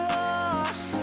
lost